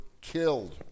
killed